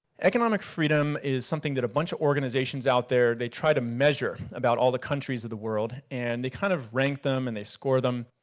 economic freedom is something that a bunch of organizations out there, they try to measure about all the countries in the world. and they kind of rank them and they score them.